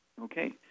Okay